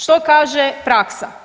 Što kaže praksa?